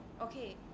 Okay